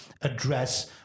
address